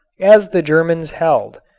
as the germans held,